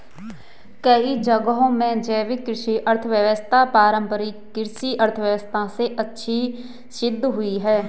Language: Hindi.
कई जगहों में जैविक कृषि अर्थव्यवस्था पारम्परिक कृषि अर्थव्यवस्था से अच्छी सिद्ध हुई है